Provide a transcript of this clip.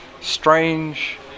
strange